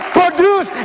produce